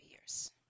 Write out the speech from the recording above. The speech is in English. years